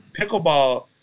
pickleball